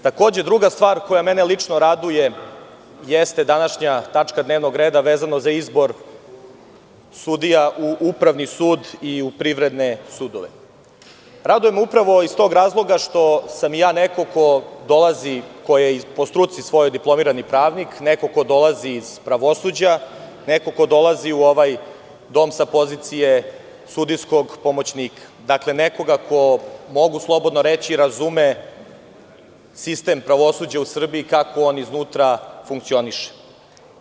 Druga stvar koja me lično raduje jeste današnja tačka dnevnog reda vezanog za izbor sudija u Upravni sud i u privredne sudove, iz tog razloga što sam i ja neko ko dolazi, ko je po svojoj struci diplomirani pravnik, iz pravosuđa, neko ko dolazi u ovaj dom sa pozicije sudijskog pomoćnika, nekoga ko, mogu slobodno reći, razume sistem pravosuđa u Srbiji kako on iznutra funkcioniše.